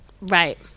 Right